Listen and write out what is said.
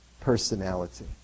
personality